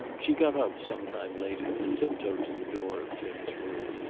she got up, some time later, and tiptoed to the door of jim's room.